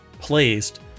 placed